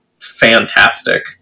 fantastic